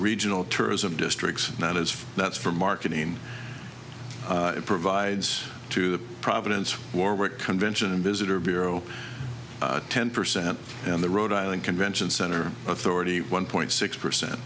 regional tourism districts not as that's for marketing it provides to the providence warwick convention and visitors bureau ten percent and the rhode island convention center authority one point six percent